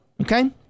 Okay